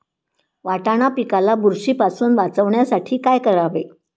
वाटाणा पिकाला बुरशीपासून वाचवण्यासाठी काय करावे?